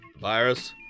virus